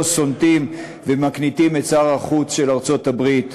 סונטים ומקניטים את שר החוץ של ארצות-הברית,